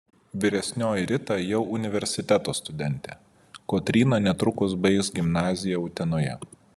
vyresnioji rita jau universiteto studentė kotryna netrukus baigs gimnaziją utenoje